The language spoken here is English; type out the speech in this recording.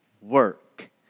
work